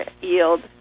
yield